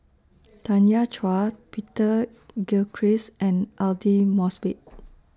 Tanya Chua Peter Gilchrist and Aidli Mosbit